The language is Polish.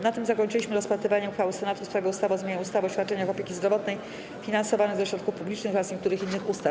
Na tym zakończyliśmy rozpatrywanie uchwały Senatu w sprawie ustawy o zmianie ustawy o świadczeniach opieki zdrowotnej finansowanych ze środków publicznych oraz niektórych innych ustaw.